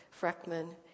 Freckman